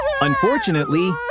Unfortunately